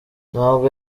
ntabwo